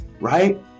right